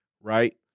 right